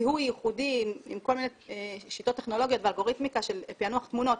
זיהוי ייחודי בכל מיני שיטות טכנולוגיות ואלגוריתמיקה של פענוח תמונות,